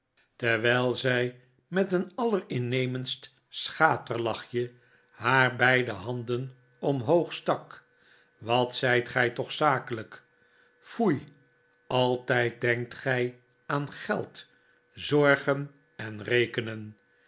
terwijl zij met een allerinnemendst schaterlachje haar beide handen omhoog stak wat zijt gij toch zakelijk foei altijd denkt gij aan geld zorgen en rekenen